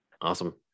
Awesome